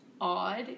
odd